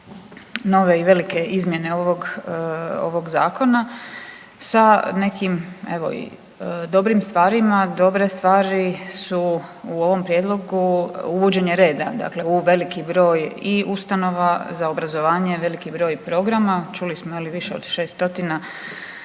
nove i velike izmjene ovog, ovog zakona sa nekim evo i dobrim stvarima. Dobre stvari su u ovom prijedlogu uvođenje reda dakle u veliki broj i ustanova za obrazovanje, veliki broj programa, čuli smo je li više od 600 ustanova